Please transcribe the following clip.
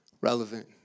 relevant